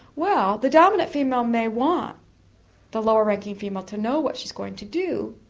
well, the dominant female may want the lower-ranking female to know what she's going to do,